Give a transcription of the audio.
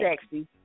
sexy